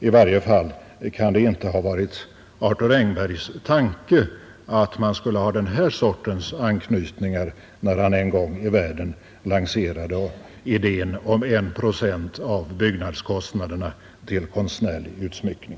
I varje fall kan det inte ha varit Arthur Engbergs tanke att man skulle ha den sortens anknytningar när han en gång i världen lanserade idén om 1 procent av byggnadskostnaderna till konstnärlig utsmyckning.